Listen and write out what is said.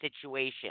situation